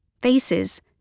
Faces